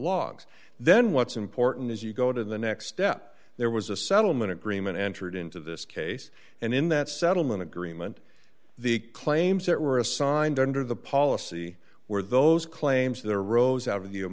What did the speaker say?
logs then what's important is you go to the next step there was a settlement agreement entered into this case and in that settlement agreement the claims that were assigned under the policy where those claims there arose